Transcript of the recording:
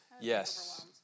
Yes